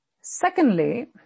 Secondly